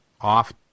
Off